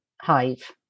Hive